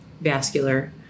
vascular